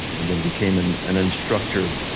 and then became an an instructor,